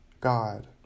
God